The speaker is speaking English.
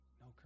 no